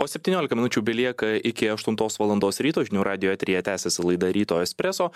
o septyniolika minučių belieka iki aštuntos valandos ryto žinių radijo eteryje tęsiasi laida ryto espresso